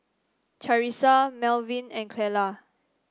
Charissa Melvyn and Clella